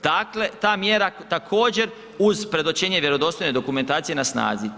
Dakle, ta mjera također uz predočenje vjerodostojne dokumentacije na snazi.